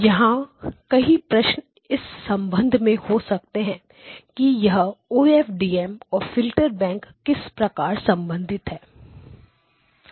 यहां कई प्रश्न इस संबंध में हो सकते हैं कि वह OFDM और फिल्टर बैंक किस प्रकार संबंधित है